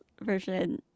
version